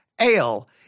Ale